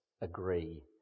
agree